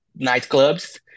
nightclubs